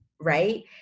Right